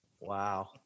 Wow